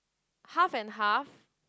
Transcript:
half and half